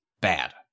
bad